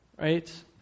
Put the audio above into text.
Right